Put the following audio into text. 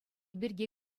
пирки